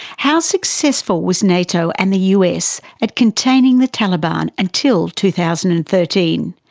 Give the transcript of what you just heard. how successful was nato and the us at containing the taliban until two thousand and thirteen?